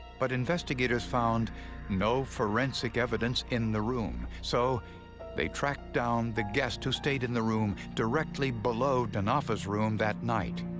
but investigators found no forensic evidence in the room, so they tracked down the guest who stayed in the room directly below denofa's room that night.